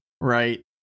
right